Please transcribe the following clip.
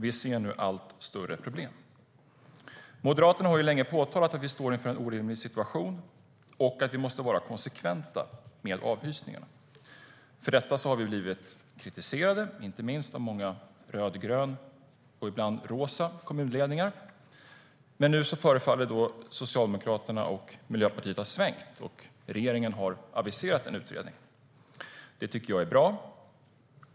Vi ser nu allt större problem. Moderaterna har länge påtalat att vi står inför en orimlig situation och att vi måste vara konsekventa med avhysningarna. För detta har vi blivit kritiserade, inte minst av många rödgröna - och ibland rosa - kommunledningar. Nu förefaller dock Socialdemokraterna och Miljöpartiet ha svängt, och regeringen har aviserat en utredning. Det tycker jag är bra.